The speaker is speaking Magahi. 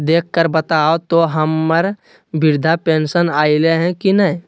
देख कर बताहो तो, हम्मर बृद्धा पेंसन आयले है की नय?